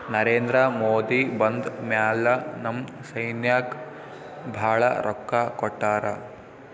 ನರೇಂದ್ರ ಮೋದಿ ಬಂದ್ ಮ್ಯಾಲ ನಮ್ ಸೈನ್ಯಾಕ್ ಭಾಳ ರೊಕ್ಕಾ ಕೊಟ್ಟಾರ